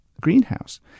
greenhouse